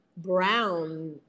Brown